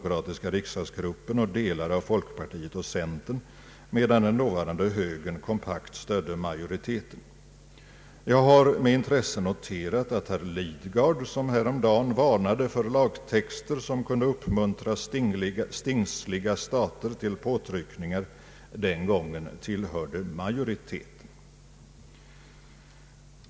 kratiska riksdagsgruppen och delar av folkpartiet och centern, medan den dåvarande högern kompakt stödde majoriteten. Jag har med intresse noterat att herr Lidgard, som häromdagen varnade för lagtexter som kunde uppmuntra stingsliga staters påtryckningar, den gången tillhörde majoriteten.